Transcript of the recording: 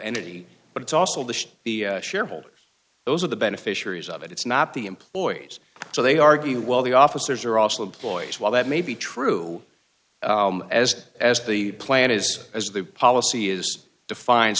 and it but it's also the shareholders those are the beneficiaries of it it's not the employees so they argue while the officers are also employees while that may be true as as the plan is as the policy is define